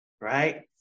right